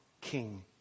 king